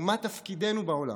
מה תפקידנו בעולם?